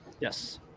Yes